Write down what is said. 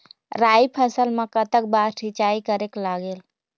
राई फसल मा कतक बार सिचाई करेक लागेल?